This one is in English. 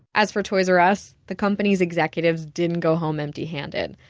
as for toys r us, the company's executives didn't go home empty handed.